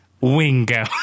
Wingo